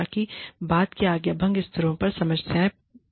ताकि बाद केआज्ञाभंग स्तर पर समस्याओं से बचा जा सके